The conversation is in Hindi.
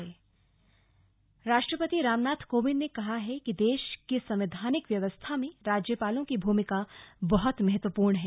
राज्यपाल सम्मेलन राष्ट्रपति रामनाथ कोविंद ने कहा है कि देश की संवैधानिक व्यवस्था में राज्यपालों की भूमिका बहुत महत्वपूर्ण है